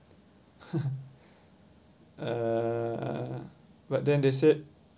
uh but then they said